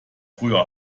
früher